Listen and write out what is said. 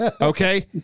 Okay